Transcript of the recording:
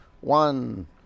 One